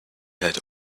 head